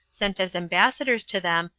sent as ambassadors to them,